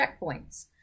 checkpoints